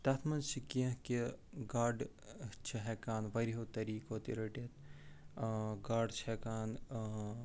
تتھ منٛز چھِ کیٚنٛہہ کہِ گاڈٕ چھِ ہٮ۪کان وارِیاہو طریٖقو تہِ رٔٹِتھ گاڈٕ چھِ ہٮ۪کان